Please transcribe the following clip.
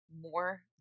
more